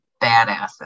badasses